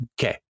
okay